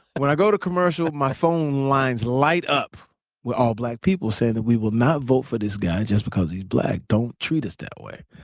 when i go to commercial, my phone lines light up with all black people saying that we will not vote for this guy just because he's black. don't treat us that way.